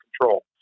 control